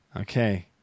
Okay